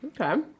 okay